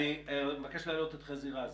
אני מבקש להעלות את חזי רז,